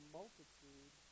multitude